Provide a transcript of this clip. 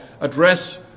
address